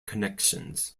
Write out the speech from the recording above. connections